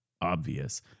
obvious